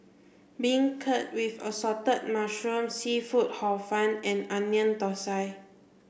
beancurd with assorted mushrooms seafood hor fun and Onion Thosai